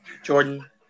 Jordan